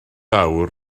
awr